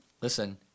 listen